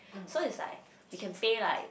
so it's like you can pay like